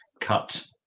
Cut